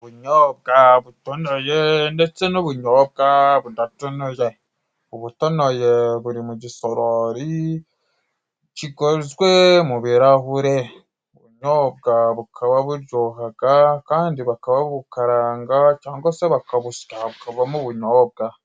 ubunyobwa butonoye ndetse n'ubunyobwa budatonoye ubutonoye buri mu gisorori kigozwe mu birahure ubunyobwa bukaba buryohaga kandi bakaba babukaranga cyangwa se bakabusya bukavamo ubunyobwa